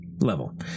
level